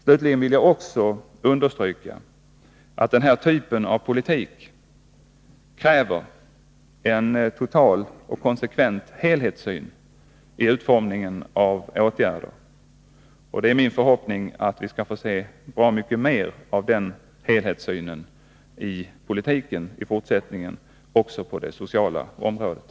Slutligen vill jag också understryka att den här typen av politik kräver en total och konsekvent helhetssyn i utformningen av åtgärder, och det är min förhoppning att vi skall få se bra mycket mer av den helhetssynenii politiken i fortsättningen också på det sociala området.